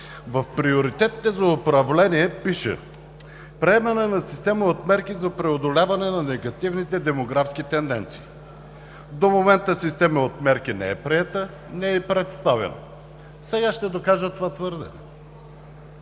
В приоритетите за управление пише: приемане на система от мерки за преодоляване на негативните демографски тенденции. До момента система от мерки не е приета, не е и представяна! Сега ще докажа това твърдение.